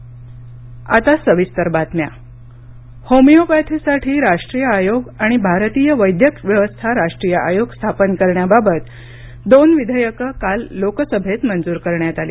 संसदीय कामकाज होमिओपॅथीसाठी राष्ट्रीय आयोग आणि भारतीय वैद्यक व्यवस्था राष्ट्रीय आयोग स्थापन करण्याबाबत दोन विधेयकं काल लोकसभेत मंजूर करण्यात आली